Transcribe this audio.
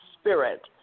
spirit